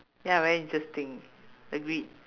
ya very interesting agreed